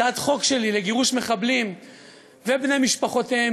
הצעת החוק שלי לגירוש מחבלים ובני משפחותיהם